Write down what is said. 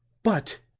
but,